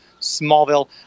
smallville